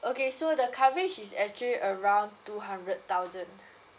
okay so the coverage is actually around two hundred thousand